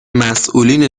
مسئولین